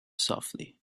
softly